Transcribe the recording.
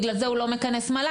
בגלל זה הוא גם לא מכנס מל"ג,